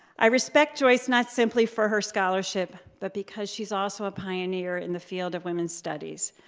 i respect joyce not simply for her scholarship, but because she's also a pioneer in the field of women's studies,